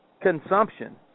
consumption